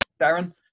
Darren